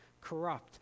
corrupt